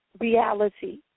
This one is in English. reality